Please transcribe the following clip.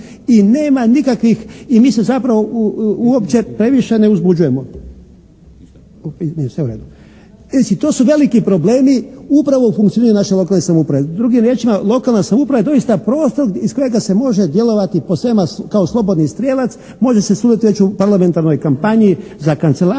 i nema nikakvih, i mi se zapravo uopće previše ne uzbuđujemo. To su veliki problemi upravo u funkcioniranju naše lokalne samouprave. Drugim riječima, lokalna samouprava je doista prostor iz kojega se može djelovati posvema kao slobodni strijelac, može se sudjelovati već u parlamentarnoj kampanji za kancelara,